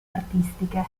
artistiche